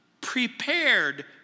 prepared